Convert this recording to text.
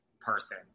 person